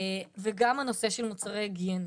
וגם הנושא של מוצרי היגיינה.